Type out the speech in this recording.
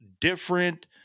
different